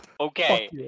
Okay